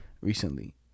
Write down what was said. Recently